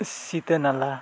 ᱥᱤᱛᱟᱹᱱᱟᱞᱟ